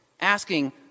asking